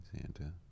Santa